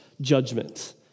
judgment